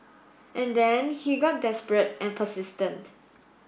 and then he got desperate and persistent